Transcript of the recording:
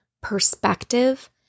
perspective